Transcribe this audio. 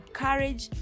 courage